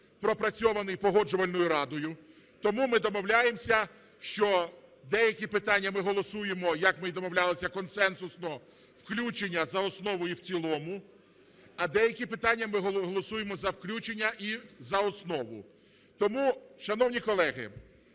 пропрацьований Погоджувальною радою, тому ми домовляємося, що деякі питання ми голосуємо, як ми і домовлялися, консенсусно – включення, за основу і в цілому, а деякі питання ми голосуємо за включення і за основу. Тому, шановні колеги,